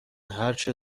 هرچه